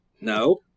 No